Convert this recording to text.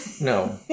No